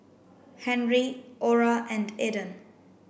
Henry Orah and Eden